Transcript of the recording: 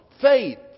faith